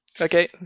Okay